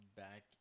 back